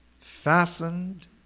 fastened